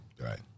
Right